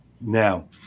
Now